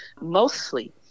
mostly